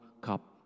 cup